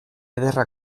ederra